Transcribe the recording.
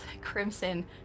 Crimson